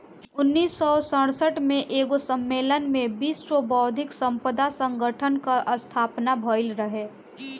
उन्नीस सौ सड़सठ में एगो सम्मलेन में विश्व बौद्धिक संपदा संगठन कअ स्थापना भइल रहे